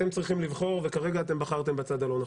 אתם צריכים לבחור, וכרגע אתם בחרתם בצד הלא נכון.